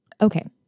Okay